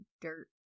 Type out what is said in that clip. dirt